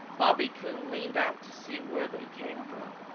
bobby coon leaned out to see where they came from,